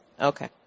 okay